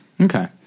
okay